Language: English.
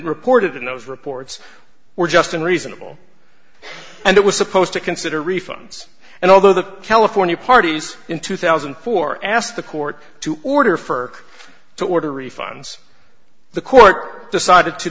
reported in those reports were just and reasonable and it was supposed to consider refunds and although the california parties in two thousand and four asked the court to order for the order refunds the court decided to